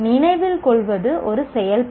நினைவில் கொள்வது ஒரு செயல்பாடு